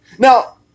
Now